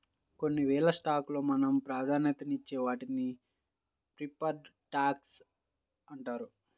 కొన్ని వేల స్టాక్స్ లో మనం ప్రాధాన్యతనిచ్చే వాటిని ప్రిఫర్డ్ స్టాక్స్ అంటారు